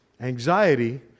Anxiety